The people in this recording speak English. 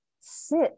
sit